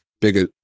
biggest